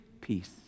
peace